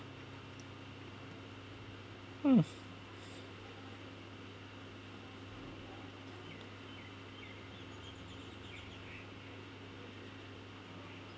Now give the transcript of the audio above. mm